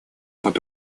под